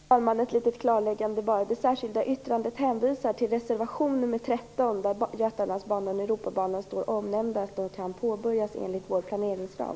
Fru talman! Ett litet klarläggande: Det särskilda yttrandet hänvisar till reservation nr 13. Där nämns Götalandsbanan och Europabanan och att utbyggnaden av dem kan påbörjas enligt vår planeringsram.